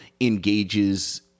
engages